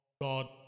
God